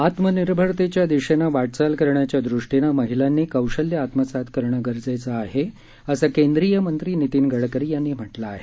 आत्मनिर्भरते च्या दिशेने वाटचाल करण्याच्या दृष्टीने महिलांनी कौशल्य आत्मसात करणं गरजेचं आहे असं केंद्रीय मंत्री नितीन गडकरी यांनी म्हटलं आहे